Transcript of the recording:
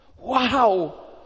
Wow